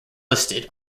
listed